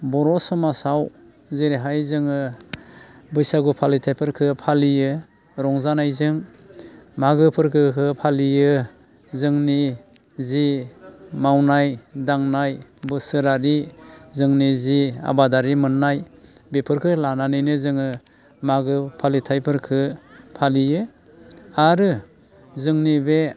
बर' समाजाव जेरैहाय जोङो बैसागु फालिथायफोरखो फालियो रंजानायजों मागो फोरबोखो फालियो जोंनि जि मावनाय दांनाय बोसोरारि जोंनि जि आबादारि मोननाय बेफोरखो लानानैनो जोङो मागो फालिथायफोरखो फालियो आरो जोंनि बे